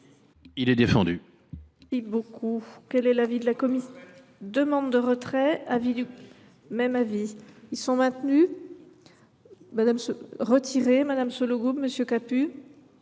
Il est défendu,